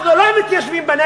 (קורע את הצעת החוק) אנחנו לא מתיישבים בנגב,